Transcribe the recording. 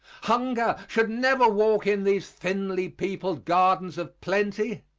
hunger should never walk in these thinly peopled gardens of plenty.